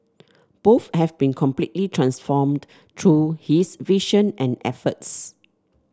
both have been completely transformed through his vision and efforts